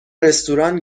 رستوران